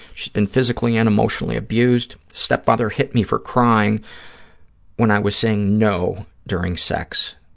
she's been physically and emotionally abused. stepfather hit me for crying when i was saying no during sex.